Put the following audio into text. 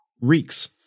reeks